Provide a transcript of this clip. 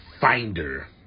finder